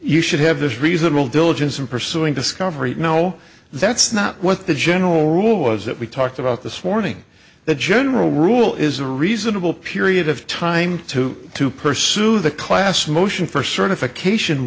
you should have this reasonable diligence in pursuing discovery no that's not what the general rule was that we talked about this morning the general rule is a reasonable period of time to to pursue the class motion for certification